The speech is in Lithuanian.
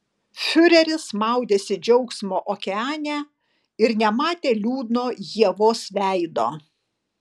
fiureris maudėsi džiaugsmo okeane ir nematė liūdno ievos veido